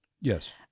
Yes